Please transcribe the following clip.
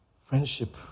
Friendship